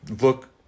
look